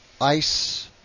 Ice